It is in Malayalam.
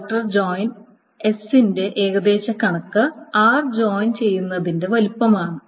യുടെ ഏകദേശ കണക്ക് r ജോയിൻ ചെയ്യുന്നതിന്റെ വലുപ്പമാണ്